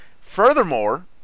Furthermore